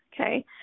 okay